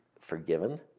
forgiven